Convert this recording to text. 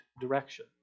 direction